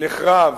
נחרב,